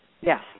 Yes